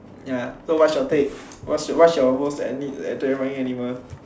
ya so what's your take what's your most te~ terrifying animal